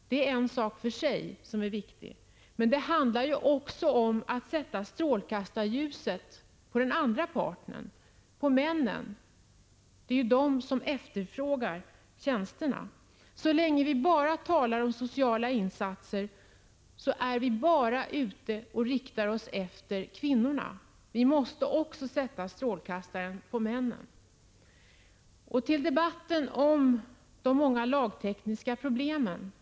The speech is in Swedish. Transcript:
Det är en sak för sig, som är viktig, men det handlar också om att sätta strålkastarljuset på den andra parten, på männen. Det är ju de som efterfrågar tjänsterna. Så länge vi bara talar om sociala insatser riktar vi oss enbart till kvinnorna. Vi måste också sätta strålkastaren på männen. Så till debatten om de många lagtekniska problemen.